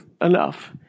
enough